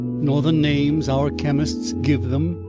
nor the names our chemists give them,